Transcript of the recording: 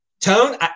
Tone